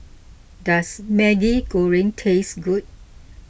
does Maggi Goreng taste good